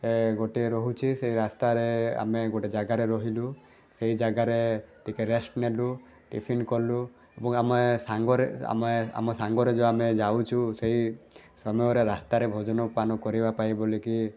ଏ ଗୋଟେ ରହୁଛି ସେ ରାସ୍ତାରେ ଆମେ ଗୋଟେ ଜାଗାରେ ରହିଲୁ ସେଇ ଜାଗାରେ ଟିକିଏ ରେଷ୍ଟ ନେଲୁ ଟିଫିନ୍ କଲୁ ଆମେ ସାଙ୍ଗରେ ଆମ ସାଙ୍ଗରେ ଯେଉଁ ଆମେ ଯାଉଛୁ ସେଇ ସମୟରେ ସେଇ ରାସ୍ତାରେ ଭୋଜନ ପାନ କରିବା ପାଇଁ ବୋଲିକି